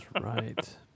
Right